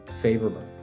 favorable